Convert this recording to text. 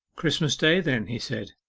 christmas day, then he said,